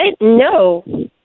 No